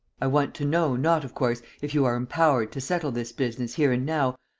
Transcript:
i want to know not, of course, if you are empowered to settle this business here and now,